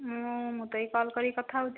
ମୁଁ ମୁଁ ତ ଏଇ କଲ୍ କରିକି କଥା ହେଉଛି